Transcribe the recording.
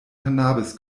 cannabis